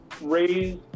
raise